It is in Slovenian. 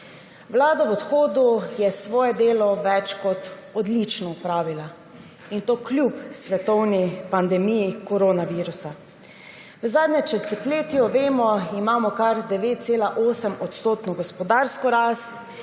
Vlada v odhodu je svoje delo več kot odlično opravila, in to kljub svetovni pandemiji koronavirusa. V zadnjem četrtletju, vemo, imamo kar 9,8 % gospodarsko rast,